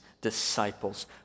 disciples